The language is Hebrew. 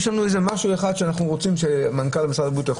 יש לנו משהו אחד שמנכ"ל הבריאות יכול